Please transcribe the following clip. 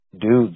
dudes